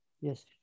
Yes